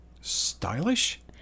stylish